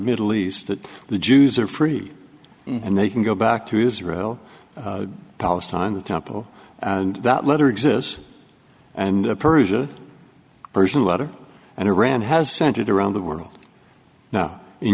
middle east that the jews are free and they can go back to israel palestine the temple that letter exists and persia persian letter and iran has centered around the world now in